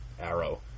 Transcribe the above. Arrow